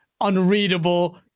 unreadable